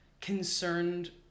concerned